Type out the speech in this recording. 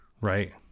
right